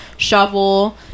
Shovel